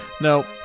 No